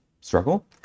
struggle